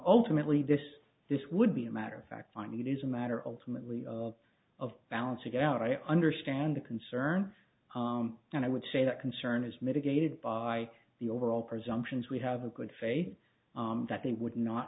ultimately this this would be a matter of fact finding it is a matter of time and leo of balance again i understand the concern and i would say that concern is mitigated by the overall presumptions we have a good faith that they would not